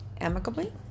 amicably